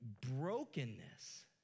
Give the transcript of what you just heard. brokenness